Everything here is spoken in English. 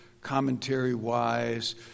commentary-wise